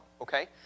okay